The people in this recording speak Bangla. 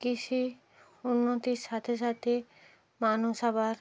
কৃষি উন্নতির সাথে সাথে মানুষ আবার